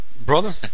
brother